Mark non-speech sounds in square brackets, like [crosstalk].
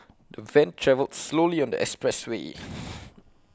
the van travelled slowly on the expressway [noise]